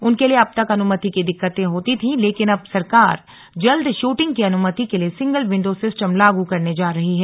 उनके लिए अब तक अनुमति की दिक्कतें होती थीं लेकिन अब सरकार जल्द शूटिंग की अनुमति के लिए सिंगल विंडो सिस्टम लागू करने जा रही है